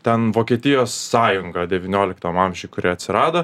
ten vokietijos sąjungą devynioliktam amžiuj kuri atsirado